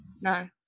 no